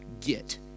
Get